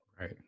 Right